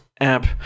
App